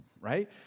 right